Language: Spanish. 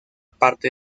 parte